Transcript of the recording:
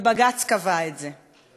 ובג"ץ קבע את זה.